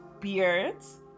beards